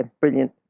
brilliant